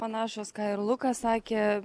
panašios ką ir lukas sakė